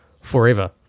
forever